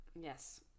Yes